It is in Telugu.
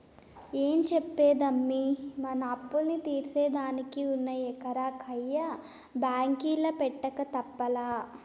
ఏం చెప్పేదమ్మీ, మన అప్పుల్ని తీర్సేదానికి ఉన్న ఎకరా కయ్య బాంకీల పెట్టక తప్పలా